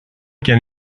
can